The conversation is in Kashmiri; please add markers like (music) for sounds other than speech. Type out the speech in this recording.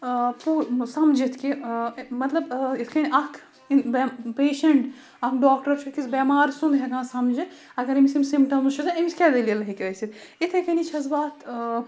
پوٗ سَمجِتھ کہِ مَطلب یِتھ کَنۍ اَکھ (unintelligible) پیشنٛٹ اَکھ ڈاکٹَر چھُ أکِس بؠمار سُنٛد ہٮ۪کان سَمجِتھ اَگر ٲمِس یِم سِمٹَمٕز چھُ تہٕ أمِس کیٛاہ دٔلیٖل ہیٚکہِ ٲسِتھ یِتھَے کنی چھَس بہٕ اَتھ